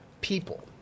people